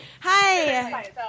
hi